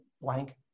blank